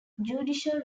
judicial